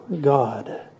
God